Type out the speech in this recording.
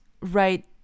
right